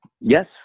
Yes